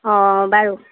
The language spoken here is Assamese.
অঁ বাৰু